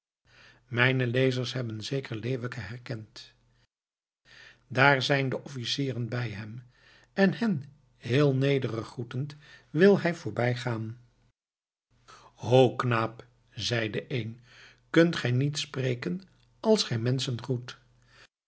mijne lezers hebben zeker leeuwke herkend daar zijn de officieren bij hem en hen heel nederig groetend wil hij voorbij gaan ho knaap zei de een kunt gij niet spreken als gij menschen groet